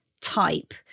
type